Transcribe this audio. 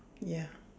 ya